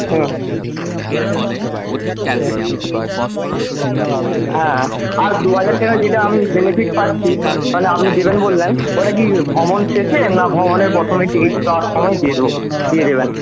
হুম হ্যাঁ আর দু হাজার টাকা যেটা আমি বেনিফিট পাচ্ছি তাহলে আপনি দেবেন বললেন ওটা কী ভ্রমণ শেষে না ভ্রমণের প্রথমেই টিকিট পাওয়ার সময় দিয়ে দেব দিয়ে দেবেন